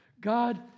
God